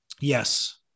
Yes